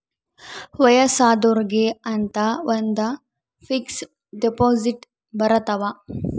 ವಯಸ್ಸಾದೊರ್ಗೆ ಅಂತ ಒಂದ ಫಿಕ್ಸ್ ದೆಪೊಸಿಟ್ ಬರತವ